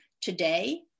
today